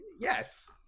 yes